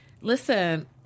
Listen